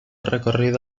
recorrido